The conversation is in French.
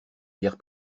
bière